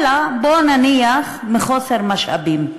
אלא בואו נניח שמחוסר משאבים,